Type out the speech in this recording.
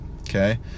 Okay